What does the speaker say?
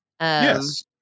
Yes